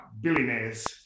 billionaires